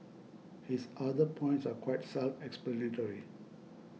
his other points are quite self explanatory